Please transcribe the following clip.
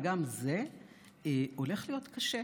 וגם זה הולך להיות קשה,